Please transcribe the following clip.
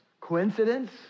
Coincidence